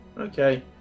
Okay